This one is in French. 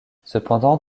cependant